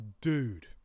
dude